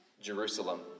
Jerusalem